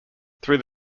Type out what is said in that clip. through